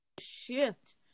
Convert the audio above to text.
shift